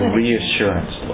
reassurance